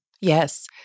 Yes